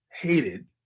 hated